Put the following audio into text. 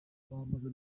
bambaza